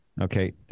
Okay